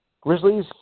Grizzlies